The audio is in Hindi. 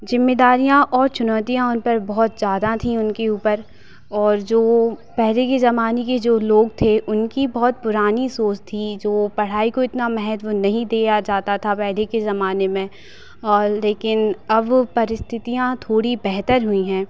ज़िम्मेदारियाँ और चुनौतियाँ उन पर बहुत ज़्यादा थीं उनके ऊपर और जो वह पहले के ज़माने के जो लोग थे उनकी बहुत पुरानी सोच थी जो पढ़ाई को इतना महत्व नहीं दिया जाता था पेले के ज़माने में औल लेकिन अब वह परिस्थितियाँ थोड़ी बेहतर हुई हैं